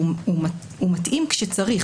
והוא מתאים כשצריך.